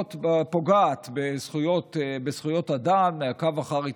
פוגעת בזכויות אדם, מעקב אחר עיתונאים,